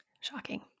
Shocking